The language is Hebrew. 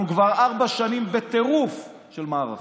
אנחנו כבר ארבע שנים בטירוף של מערכות.